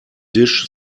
dish